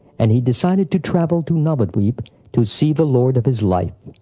and he decided to travel to navadvip to see the lord of his life.